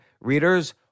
readers